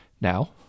Now